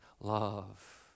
love